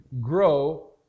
grow